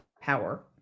power